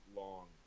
long